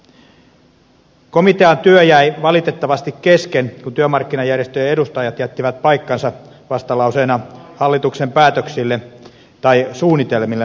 komitean työ jäi valitettavasti kesken kun työmarkkinajärjestöjen edustajat jättivät paikkansa vastalauseena hallituksen suunnitelmille nostaa eläkeikää